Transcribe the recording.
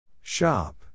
Shop